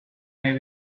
may